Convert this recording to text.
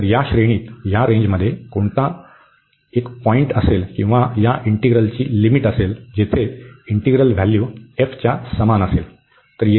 तर या श्रेणीत कुठेतरी एक बिंदू असेल किंवा या इंटीग्रलतेची लिमिट असेल जेथे इंटीग्रल व्हॅल्यू f च्या समान असेल